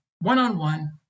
one-on-one